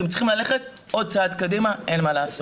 אתם צריכים ללכת עוד צעד קדימה, אין מה לעשות.